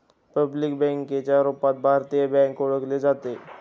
public बँकेच्या रूपात भारतीय बँक ओळखली जाते